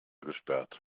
gesperrt